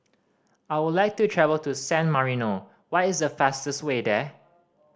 I would like to travel to San Marino what is the fastest way there